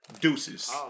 deuces